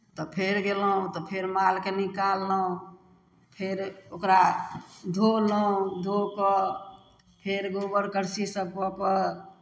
तऽ फेर गयलहुँ तऽ फेर मालकेँ निकाललहुँ फेर ओकरा धोलहुँ धो कऽ फेर गोबर करसी सभ कऽ कऽ